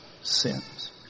sins